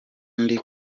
ndi